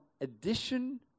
addition